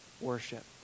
worship